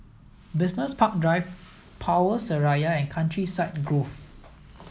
Business Park Drive Power Seraya and Countryside Grove